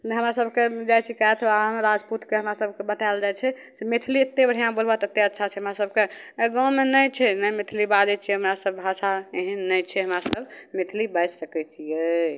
नहि हमरा सभकेँ जाइ छिए कैथ बाभन राजपूतके हमरा सभकेँ बताएल जाइ छै से मैथिली एतेक बढ़िआँ बोलबऽ तऽ कतेक अच्छा छै हमरा सभकेँ आओर गाममे नहि छै नहि मैथिली बाजै छिए हमरासभ भाषा एहन नहि छै हमरासभ मैथिली बाजि सकै छिए